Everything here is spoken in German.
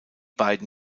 beiden